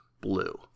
blue